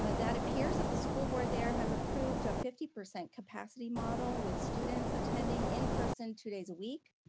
ah that appears that the school board there has approved a fifty percent capacity model with students attending in-person two days a week.